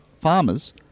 farmers